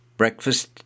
breakfast